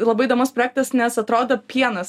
labai įdomus projektas nes atrodo pienas